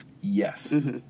Yes